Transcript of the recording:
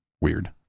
weird